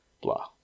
blah